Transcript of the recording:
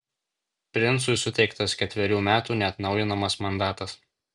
princui suteiktas ketverių metų neatnaujinamas mandatas